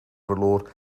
verloor